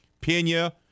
Pena